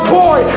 boy